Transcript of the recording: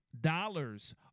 dollars